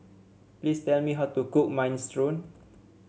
please tell me how to cook Minestrone